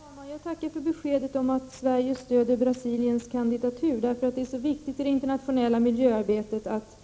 Herr talman! Jag tackar för beskedet att Sverige stöder Brasiliens kandidatur. Det är nämligen viktigt för det internationella miljöarbetet att